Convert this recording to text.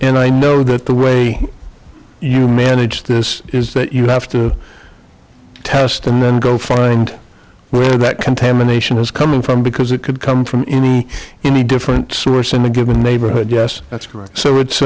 and i know that the way you manage this is that you have to test and then go find where that contamination is coming from because it could come from any any different source in a given neighborhood yes that's correct so it's